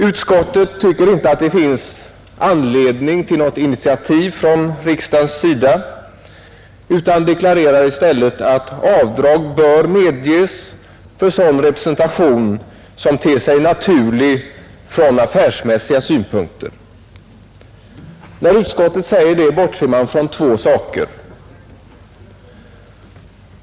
Utskottet tycker inte att det finns anledning till något initiativ från riksdagens sida utan deklarerar i stället att avdrag bör medges för sådan representation som ter sig naturlig från affärsmässiga synpunkter. När utskottet säger detta, bortser man från två saker.